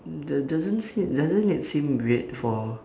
do~ doesn't seem doesn't it seem weird for